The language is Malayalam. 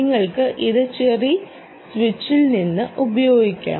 നിങ്ങൾക്ക് ഇത് ചെറി സ്വിച്ചിൽ നിന്ന് ഉപയോഗിക്കാം